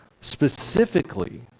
specifically